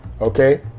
okay